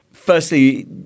Firstly